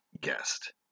guest